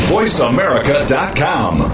VoiceAmerica.com